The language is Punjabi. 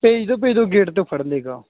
ਭੇਜ ਦਿਓ ਭੇਜ ਦਿਓ ਗੇਟ 'ਤੇ ਉਹ ਫੜ ਲਏਗਾ